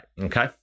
okay